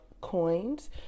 coins